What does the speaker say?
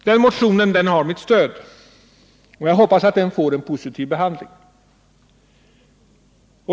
Den motionen har mitt stöd, och jag hoppas att den får en positiv behandling.